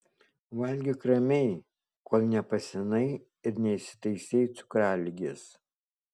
valgyk ramiai kol nepasenai ir neįsitaisei cukraligės